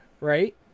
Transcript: right